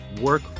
work